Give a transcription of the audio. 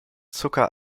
zucker